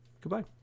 goodbye